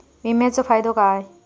विमाचो फायदो काय?